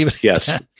yes